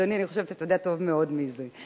אדוני, אני חושבת שאתה יודע טוב מאוד מי זה.